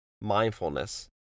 mindfulness